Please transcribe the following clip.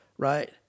right